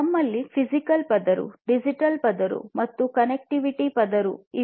ಇದರಲ್ಲಿ ಫಿಜಿಕಲ್ ಪದರ ಡಿಜಿಟಲ್ ಪದರ ಮತ್ತು ಕನೆಕ್ಟಿವಿಟಿ ಪದರವಿದೆ